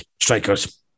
strikers